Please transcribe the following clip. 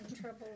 trouble